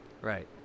right